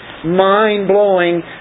mind-blowing